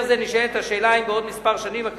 זה נשאלת השאלה אם בעוד שנים מספר הכלל